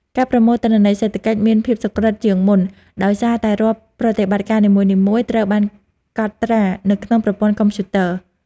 ការប្រមូលទិន្នន័យសេដ្ឋកិច្ចមានភាពសុក្រឹតជាងមុនដោយសារតែរាល់ប្រតិបត្តិការនីមួយៗត្រូវបានកត់ត្រានៅក្នុងប្រព័ន្ធកុំព្យូទ័រ។